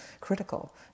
critical